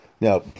Now